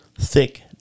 Thick